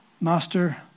Master